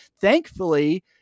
thankfully